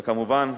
וכמובן,